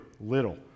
little